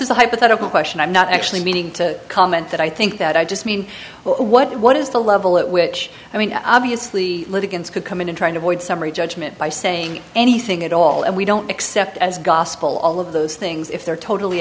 is a hypothetical question i'm not actually meaning to comment that i think that i just mean what what is the level at which i mean obviously litigants could come in trying to avoid summary judgment by saying anything at all and we don't accept as gospel all of those things if they're totally